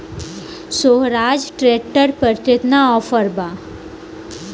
सोहराज tractor पर केतना offer बा?